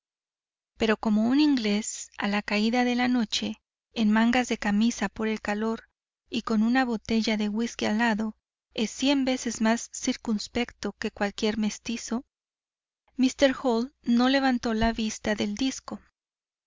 pero como un inglés a la caída de la noche en mangas de camisa por el calor y con una botella de whisky al lado es cien veces más circunspecto que cualquier mestizo míster hall no levantó la vista del disco